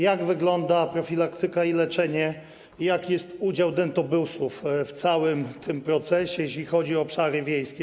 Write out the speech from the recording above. Jak wygląda profilaktyka i leczenie i jaki jest udział dentobusów w całym tym procesie, jeśli chodzi o obszary wiejskie?